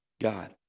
God